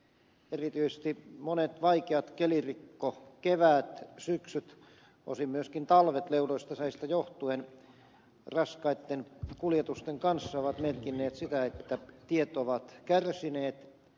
erityisesti monet vaikeat kelirikkokeväät syksyt osin myöskin talvet leudoista säistä johtuen raskaitten kuljetusten kanssa ovat merkinneet sitä että tiet ovat kärsineet